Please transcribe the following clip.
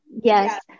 Yes